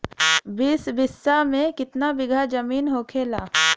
बीस बिस्सा में कितना बिघा जमीन होखेला?